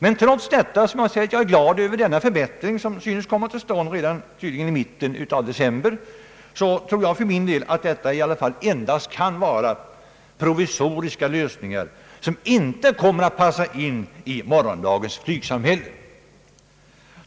Men trots att jag är glad över denna förbättring som tydligen kommer till stånd redan i mitten av december, tror jag att detta endast kan vara provisoriska lösningar som inte kommer att passa in i morgondagens samhälle.